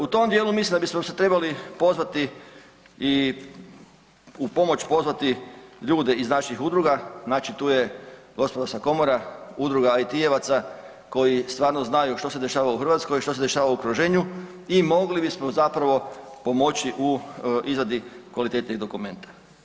U tom dijelu mislim da bismo se trebali pozvati i u pomoć pozvati ljude iz naših udruga, znači tu je HGK, Udruga IT-evaca koji stvarno znaju što se dešava u Hrvatskoj, što se dešava u okruženju i mogli bismo zapravo pomoći u izradi kvalitetnijeg dokumenta.